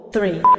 Three